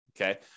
okay